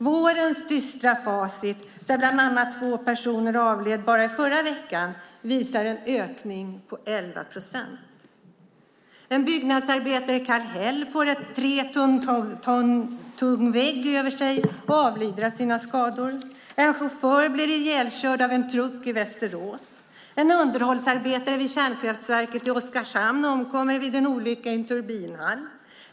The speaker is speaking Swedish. Vårens dystra facit, där bland annat två personer avled bara i förra veckan, visar en ökning på 11 procent. En byggnadsarbetare i Kallhäll får en tre ton tung vägg över sig och avlider av sina skador. En chaufför blir överkörd av en truck i Västerås. En underhållsarbetare vid kärnkraftverket i Oskarshamn omkommer vid en olycka i en turbinhall.